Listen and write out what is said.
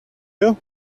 you